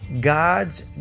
God's